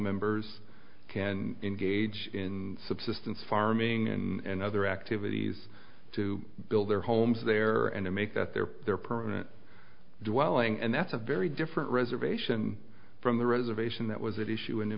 members can engage in subsistence farming and other activities to build their homes there and to make that their their permanent dwelling and that's a very different reservation from the reservation that was that issue in new